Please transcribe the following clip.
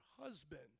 husband